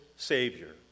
Savior